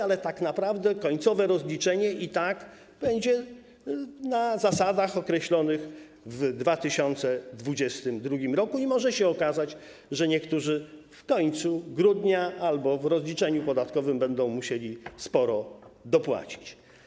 Ale tak naprawdę końcowe rozliczenie i tak będzie na zasadach określonych w 2022 r. i może się okazać, że niektórzy w końcu grudnia albo w rozliczeniu podatkowym będą musieli sporo dopłacić.